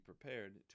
prepared